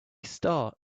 star